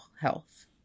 health